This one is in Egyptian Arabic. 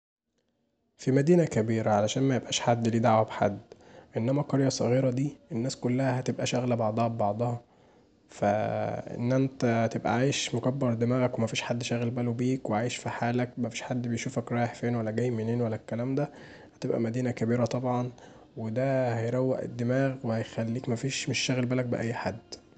في مدينة كبيرة، عشان ميبقاش فيه حد ليه دعوه بحد، لكن قرية صغيرة دي الناس كلها هتبقي شاغله بعضها ببعضها فا إن انت تبقي عايش مكبر دماغك ومفيش حد شاغل باله بيك وعايش في حالك، مفيش حد بيشوفك رايح فين ولا جاي منين ولا الكلام دا فتبقي مدينة كبيرة طبعا ودا هيروق الدماغ وهيخليك مش شاغل دماغك بأي حد.